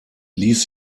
ließ